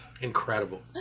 Incredible